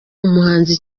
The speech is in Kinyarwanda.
umuhanzi